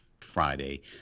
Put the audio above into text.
Friday